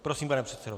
Prosím, pane předsedo.